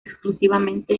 exclusivamente